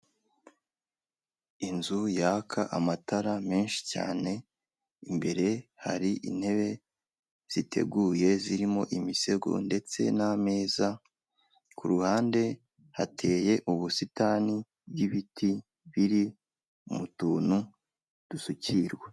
Inzu yaka amatara menshi cyane imbere hari intebe ziteguye zirimo imisego ndetse n'ameza kuruhande hateye ubusitani bw'ibiti biri mu tuntu dusukirwa.